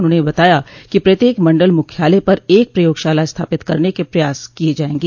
उन्होंने बताया कि प्रत्येक मण्डल मुख्यालय पर एक प्रयोगशाला स्थापित करने के प्रयास किये जायेंगे